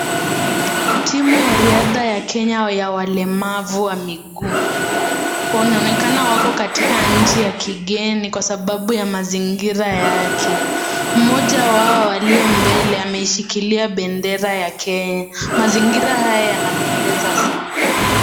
Timu ya riadha ya Kenya ya walemavu wa miguu. Wanaonekana wako katika nchi ya kigeni kwa sababu ya mazingira yake. Mmoja wao aliye mbele ameishikilia bendera ya Kenya. Mazingira haya yanapendeza sana.